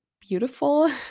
beautiful